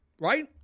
right